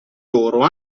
loro